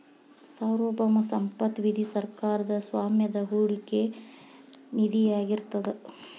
ಸಾರ್ವಭೌಮ ಸಂಪತ್ತ ನಿಧಿ ಸರ್ಕಾರದ್ ಸ್ವಾಮ್ಯದ ಹೂಡಿಕೆ ನಿಧಿಯಾಗಿರ್ತದ